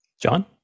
John